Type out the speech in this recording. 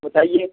बताइए